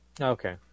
Okay